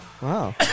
Wow